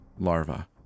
larva